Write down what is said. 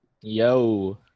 yo